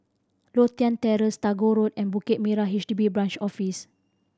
Lothian Terrace Tagore Road and Bukit Merah H D B Branch Office